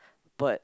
but